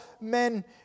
men